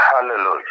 Hallelujah